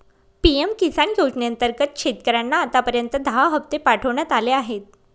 PM Kisan योजनेअंतर्गत शेतकऱ्यांना आतापर्यंत दहा हप्ते पाठवण्यात आले आहेत